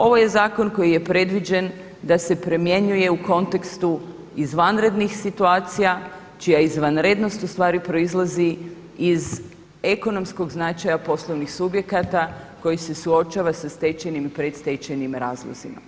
Ovo je zakon koji je predviđen da se primjenjuje u kontekstu izvanrednih situacija čija izvanrednost ustvari proizlazi iz ekonomskog značaja poslovnih subjekata koji se suočava sa stečajnim i predstečajnim razlozima.